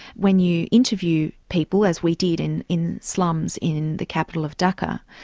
when you interview people, as we did in in slums in the capital of dhaka,